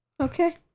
Okay